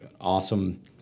awesome